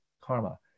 karma